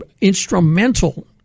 instrumental